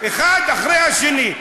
האחד אחרי השני.